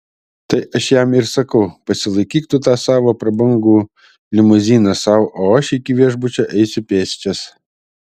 tai aš jam ir sakau pasilaikyk tu tą savo prabangu limuziną sau o aš iki viešbučio eisiu pėsčias